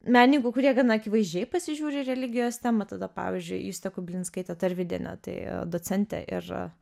menininkų kurie gana akivaizdžiai pasižiūri į religijos temą tada pavyzdžiui justė kubilinskaitė tarvydienė tai docentė ir